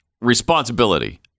responsibility